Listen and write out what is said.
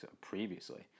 previously